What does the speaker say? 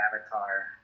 avatar